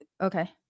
okay